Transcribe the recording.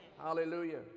Hallelujah